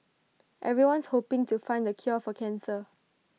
everyone's hoping to find the cure for cancer